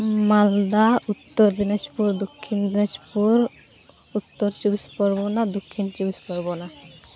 Malda Uttar Dinajpur Dakshin Dinajpur Uttar Chabbis Pargana Dakshin Chabbis Pargana